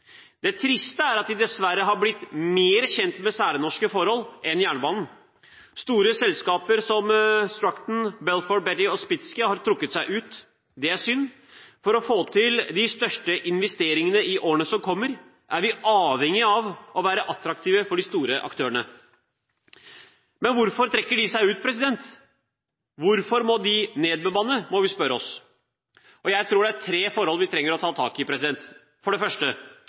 Det triste er at de dessverre har blitt mer kjent med særnorske forhold enn med jernbanen. Store selskaper som Strukton, Balfour Beatty og Spitzke har trukket seg ut. Det er synd. For å få til de største investeringene i årene som kommer er vi avhengige av å være attraktive for de store aktørene. Men hvorfor trekker de seg ut? Hvorfor må de nedbemanne, må vi spørre oss. Jeg tror det er tre forhold vi trenger å ta tak i. For det første: